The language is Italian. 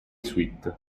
suite